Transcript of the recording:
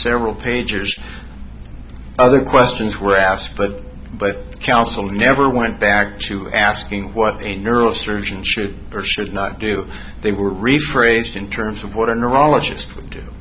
several pages other questions were asked for but can also never went back to asking what a neurosurgeon should or should not do they were rephrased in terms of what a neurologist would